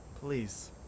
please